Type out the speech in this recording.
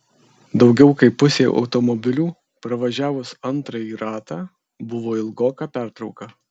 daugiau kaip pusei automobilių pravažiavus antrąjį ratą buvo ilgoka pertrauka